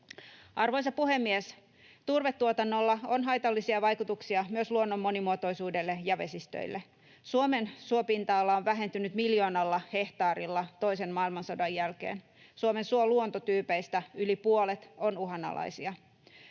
Arvoisa puhemies! Turvetuotannolla on haitallisia vaikutuksia myös luonnon monimuotoisuudelle ja vesistöille. Suomen suopinta-ala on vähentynyt miljoonalla hehtaarilla toisen maailmansodan jälkeen. Suomen suoluontotyypeistä yli puolet on uhanalaisia.